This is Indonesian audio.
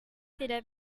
tidak